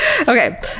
okay